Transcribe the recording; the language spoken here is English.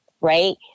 right